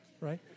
right